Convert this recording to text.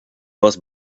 was